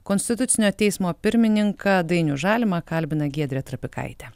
konstitucinio teismo pirmininką dainių žalimą kalbina giedrė trapikaitė